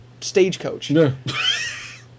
stagecoach